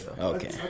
Okay